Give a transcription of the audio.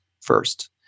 first